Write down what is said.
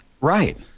Right